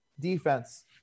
defense